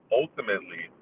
ultimately